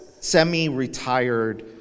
semi-retired